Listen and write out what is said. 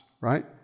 right